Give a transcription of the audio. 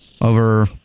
over